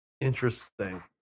interesting